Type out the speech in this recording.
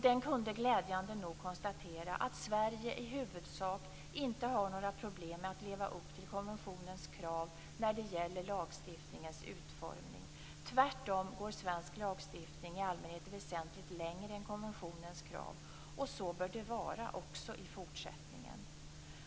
Den kunde glädjande nog konstatera att Sverige i huvudsak inte har några problem med att leva upp till konventionens krav när det gäller lagstiftningens utformning. Tvärtom går svensk lagstiftning i allmänhet väsentligt längre än konventionens krav. Så bör det vara också i fortsättningen.